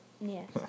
Yes